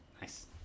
Nice